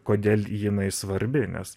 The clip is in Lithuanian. kodėl jinai svarbi nes